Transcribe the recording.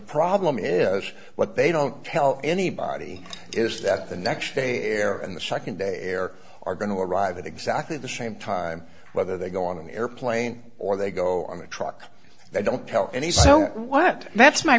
problem is what they don't tell anybody is that the next day and the second day are going to arrive at exactly the same time whether they go on an airplane or they go on a truck they don't tell any so what that's my